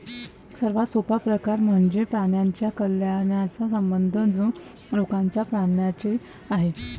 सर्वात सोपा प्रकार म्हणजे प्राण्यांच्या कल्याणाचा संबंध जो लोकांचा प्राण्यांशी आहे